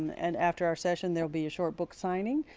and after our session there will be a short book signing.